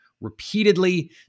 repeatedly